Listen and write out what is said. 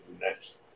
next